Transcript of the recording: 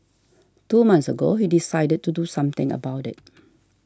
two months ago he decided to do something about it